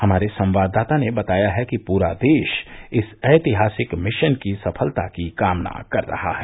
हमारे संवाददाता ने बताया है कि पूरा देश इस ऐतिहासिक मिशन की सफलता की कामना कर रहा है